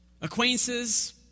Acquaintances